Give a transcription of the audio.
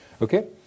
Okay